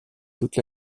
toute